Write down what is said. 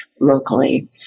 locally